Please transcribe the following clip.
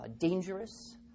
dangerous